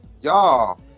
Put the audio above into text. Y'all